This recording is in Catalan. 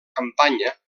campanya